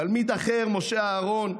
"תלמיד אחר, משה אהרון,